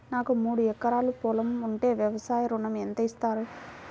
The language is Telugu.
నాకు మూడు ఎకరాలు పొలం ఉంటే వ్యవసాయ ఋణం ఎంత ఇస్తారు?